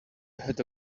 had